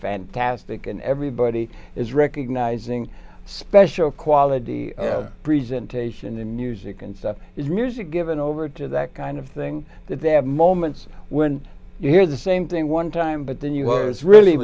fantastic and everybody is recognizing special quality presentation the music and stuff is music given over to that kind of thing that they have moments when you hear the same thing one time but then you words really